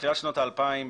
בתחילת שנות ה-2000,